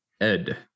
Ed